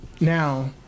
now